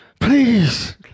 Please